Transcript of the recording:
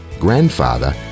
grandfather